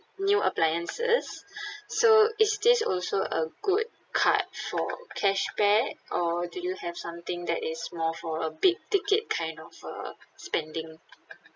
new appliances so is this also a good card for cashback or do you have something that is more for a big ticket kind of err spending